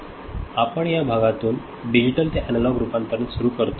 आपण या भागापासून डिजिटल ते अॅनालॉग रूपांतरण सुरू करतो